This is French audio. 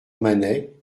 manet